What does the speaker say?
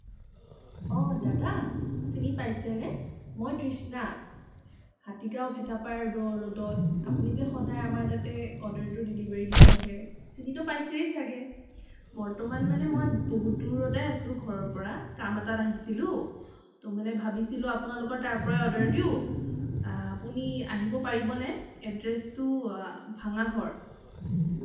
অঁ দাদা চিনি পাইছেনে মই তৃষ্ণা হাতীগাওঁ ভেটাপাৰা ৰডত আপুনি যে সদায় তাতে অৰ্ডাৰটো ডেলিভাৰী দিব আহে চিনিতো পাইছেই ছাগে বৰ্তমান মানে মই বহুত দূৰতে আছোঁ ঘৰৰ পৰা কাম এটাত আহিছিলো ত' মানে ভাবিছিলো আপোনালোকৰ তাৰ পৰা অৰ্ডাৰ দিওঁ আপুনি আহিব পাৰিবনে এড্ৰেছটো ভঙাগড়